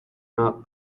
not